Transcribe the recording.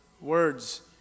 words